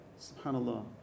SubhanAllah